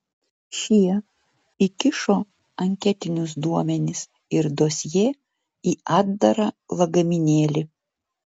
šie įkišo anketinius duomenis ir dosjė į atdarą lagaminėlį